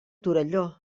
torelló